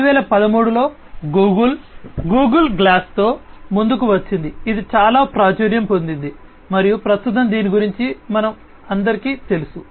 2013 లో Google Google గ్లాస్తో ముందుకు వచ్చింది ఇది చాలా ప్రాచుర్యం పొందింది మరియు ప్రస్తుతం దీని గురించి అందరికీ తెలుసు